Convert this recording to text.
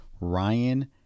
Ryan